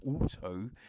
Auto